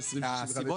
הסיבות